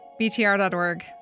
BTR.org